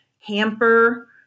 hamper